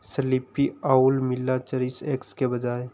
sleepy owl मिला cherish X के बजाय